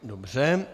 Dobře.